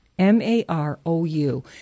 M-A-R-O-U